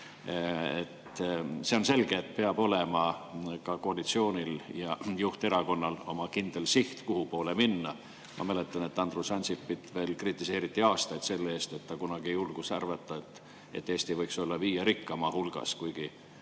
See on selge, et peab olema ka koalitsioonil ja juhterakonnal oma kindel siht, kuhupoole minna. Ma mäletan, et Andrus Ansipit kritiseeriti aastaid selle eest, et ta kunagi julges arvata, et Eesti võiks olla viie rikkaima hulgas. Kuigi